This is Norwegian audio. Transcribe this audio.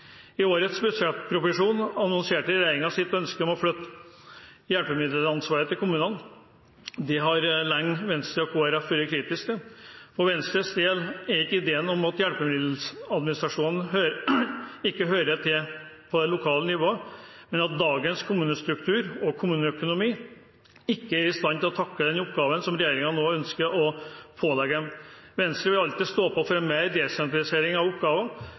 I årets budsjettproposisjon annonserte regjeringen sitt ønske om å flytte hjelpemiddelansvaret til kommunene. Det har Venstre og Kristelig Folkeparti lenge vært kritiske til – for Venstres del er det ikke ideen om at hjelpemiddeladministrasjonen hører hjemme på lokalt nivå, men at dagens kommunestruktur og kommuneøkonomi ikke er i stand til å takle den oppgaven som regjeringen nå ønsker å pålegge dem. Venstre vil alltid stå på for mer desentralisering av oppgaver,